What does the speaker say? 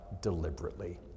deliberately